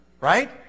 right